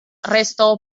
resto